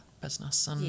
business